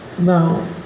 Now